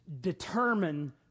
determine